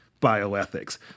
bioethics